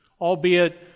albeit